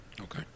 Okay